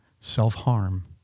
self-harm